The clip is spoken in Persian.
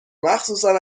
مخصوصن